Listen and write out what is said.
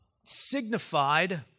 signified